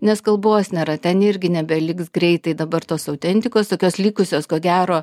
nes kalbos nėra ten irgi nebeliks greitai dabar tos autentikos tokios likusios ko gero